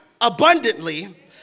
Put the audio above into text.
abundantly